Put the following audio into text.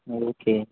okay